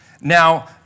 Now